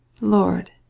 Lord